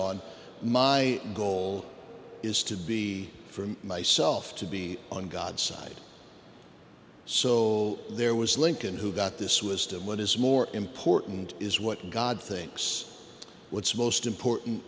on my goal is to be for myself to be on god's side so there was lincoln who got this wisdom what is more important is what god thinks what's most important